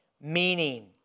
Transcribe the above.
meaning